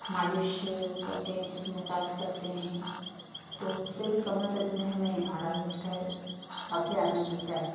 मालिश करते है मसाज करते है तो उससे भी कमर दर्द में हमें आराम मिलता है काफ़ी आराम मिलता है